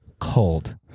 cold